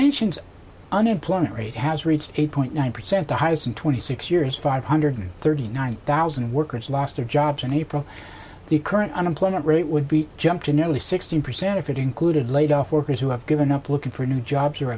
nation's unemployment rate has reached eight point nine percent the highest in twenty six years five hundred thirty nine thousand workers lost their jobs in april the current unemployment rate would be jumped to nearly sixteen percent if it included laid off workers who have given up looking for new jobs